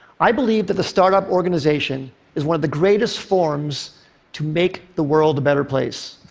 i believe that the startup organization is one of the greatest forms to make the world a better place.